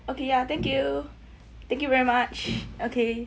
okay ya thank you thank you very much okay